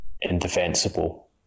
indefensible